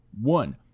one